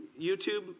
YouTube